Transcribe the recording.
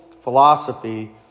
philosophy